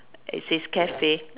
it says Cafe